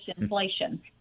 inflation